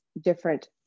different